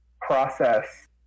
process